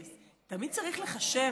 תמיד צריך לחשב,